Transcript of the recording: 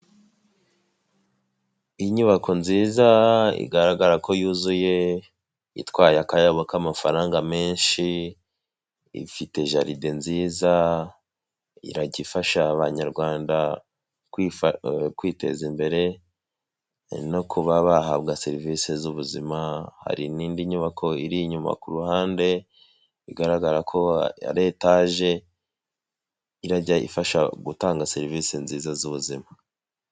Inyubako nziza igaragara ko yuzuye itwaye akayabo k'amafaranga menshi, ifite jaride nziza, irajya irafasha abanyarwanda kwiteza imbere no kuba bahabwa serivisi z'ubuzima. Hari n'indi nyubako iri inyuma ku ruhande igaragara ko ari etage, irajya ifasha gutanga serivise nziza z'ubuzima.